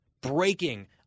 Breaking